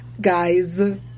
guys